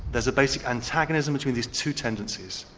there's a basic antagonism between these two tendencies,